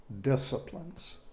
disciplines